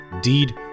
deed